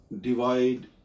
divide